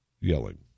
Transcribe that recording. yelling